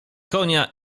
konia